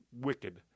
wicked